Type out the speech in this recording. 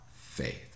faith